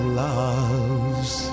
love's